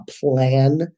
plan